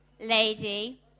lady